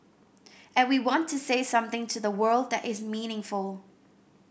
and we want to say something to the world that is meaningful